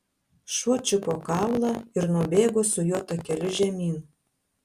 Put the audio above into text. šuo čiupo kaulą ir nubėgo su juo takeliu žemyn